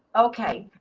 ok,